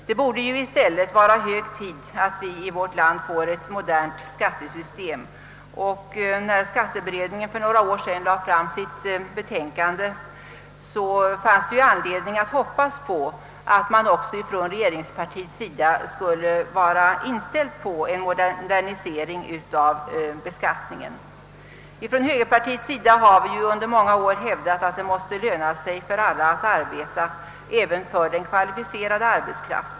Det borde i stället vara hög tid att vi i vårt land får ett modernt skattesystem. När skatteberedningen för några år sedan lade fram sitt betänkande fanns det anledning hoppas att också regeringspartiet skulle vara inställt på en modernisering av beskattningen. Från högerpartiet har vi nu under många år hävdat att det måste löna sig för alla att arbeta, även för den kvalificerade arbetskraften.